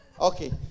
Okay